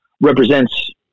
represents